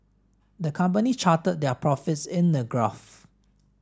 the company charted their profits in a graph